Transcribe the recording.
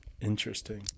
Interesting